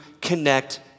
connect